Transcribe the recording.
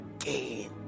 again